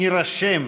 נירשם,